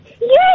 Yes